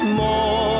more